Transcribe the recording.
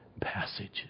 passages